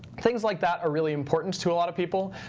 things like that are really important to a lot of people.